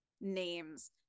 names